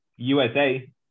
USA